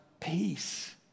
peace